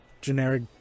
generic